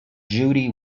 judy